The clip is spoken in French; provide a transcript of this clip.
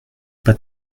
pas